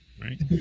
right